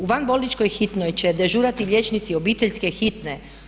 U vanbolničkoj hitnoj će dežurati liječnici obiteljske hitne.